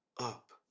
up